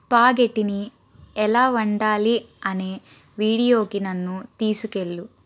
పాగెట్టిని ఎలా వండాలి అనే వీడియోకి నన్ను తీసుకెళ్ళు